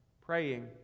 praying